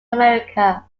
america